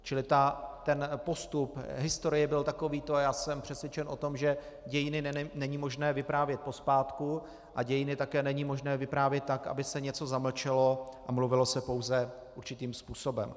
Čili postup historie byl takovýto a já jsem přesvědčen o tom, že dějiny není možné vyprávět pozpátku a dějiny také není možné vyprávět tak, aby se něco zamlčelo a mluvilo se pouze určitým způsobem.